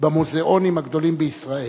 במוזיאונים הגדולים בישראל.